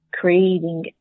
creating